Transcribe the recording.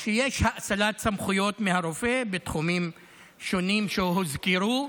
יש האצלת סמכויות מהרופא בתחומים שונים שהוזכרו.